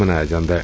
ਮਨਾਇਆ ਜਾਂਦੈ